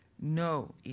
No